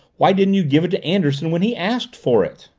why didn't you give it to anderson when he asked for it?